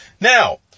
Now